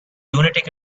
lunatic